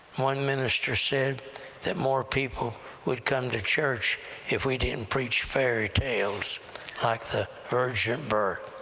one minister said that more people would come to church if we didn't preach fairytales like the virgin birth.